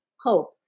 Hope